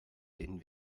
denen